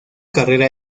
carrera